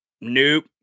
nope